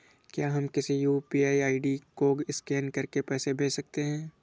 क्या हम किसी यू.पी.आई आई.डी को स्कैन करके पैसे भेज सकते हैं?